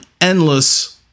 endless